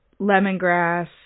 lemongrass